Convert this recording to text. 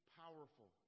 powerful